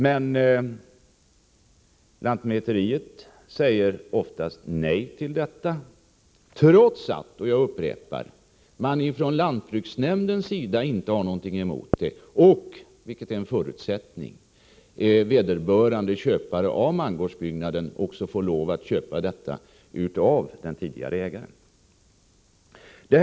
Men lantmäteriet säger oftast nej, trots att — jag upprepar det — man från lantbruksnämndens sida inte har något att invända och trots att, vilket är en förutsättning härvidlag, vederbörande köpare av mangårdsbyggnaden erbjuds köp från den tidigare ägarens sida.